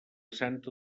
santa